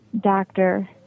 doctor